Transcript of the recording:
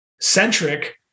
centric